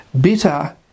bitter